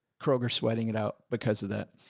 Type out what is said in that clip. kroger sweating it out because of that.